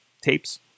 tapes